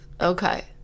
okay